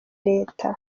leta